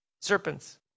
serpents